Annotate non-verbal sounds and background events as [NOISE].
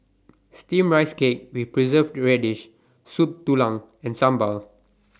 [NOISE] Steamed Rice Cake with Preserved Radish Soup Tulang and Sambal